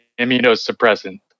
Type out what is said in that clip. immunosuppressant